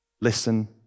Listen